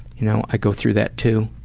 you know i go through that too